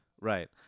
Right